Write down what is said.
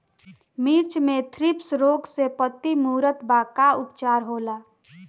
मिर्च मे थ्रिप्स रोग से पत्ती मूरत बा का उपचार होला?